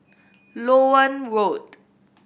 Loewen Road